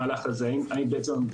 אני נותן למי